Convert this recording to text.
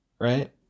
Right